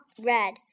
red